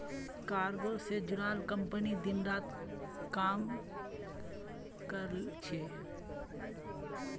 cargo से जुड़ाल company दिन रात काम कर छे